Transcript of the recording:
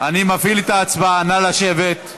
אני מפעיל את ההצבעה, נא לשבת.